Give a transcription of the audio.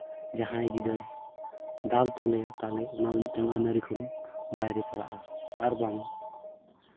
ᱡᱟᱦᱟᱸᱭ ᱜᱤᱫᱟᱹᱨ ᱫᱟᱞ ᱛᱚᱞᱮᱭᱟ ᱚᱱᱟ ᱢᱤᱫᱴᱟᱱ ᱟᱹᱱᱼᱟᱹᱨᱤ ᱠᱚ ᱵᱟᱭᱨᱮ ᱯᱟᱲᱟᱜᱼᱟ ᱟᱨ ᱵᱟᱝ